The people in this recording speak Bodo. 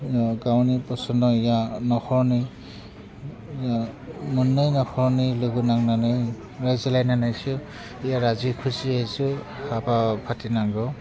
गावनि फसायनाया न'खरनि मोन्नै न'खरनि लोगो नांनानै रायज्लायनानैसो राजि खुसियैसो हाबा फाथिनांगौ